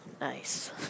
Nice